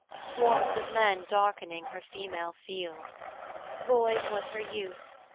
swarms of men darkening her female field void was her use,